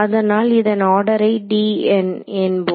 அதனால் இதன் ஆர்டரை என்போம்